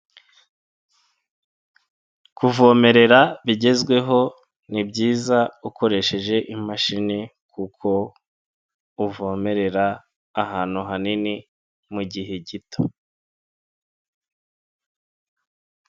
Kuvomerera bigezweho nibyiza ukoresheje imashini kuko uvomerera ahantu hanini mu gihe gito.